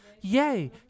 Yay